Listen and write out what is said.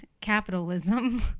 capitalism